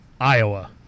Iowa